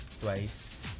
twice